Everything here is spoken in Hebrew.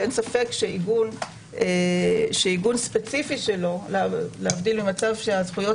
ואין ספק שעיגון ספציפי שלו להבדיל ממצב שהזכויות